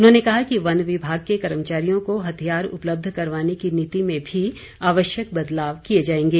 उन्होंने कहा कि वन विभाग के कर्मचारियों को हथियार उपलब्ध करवाने की नीति में भी आवश्यक बदलाव किए जाएंगे